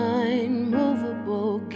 unmovable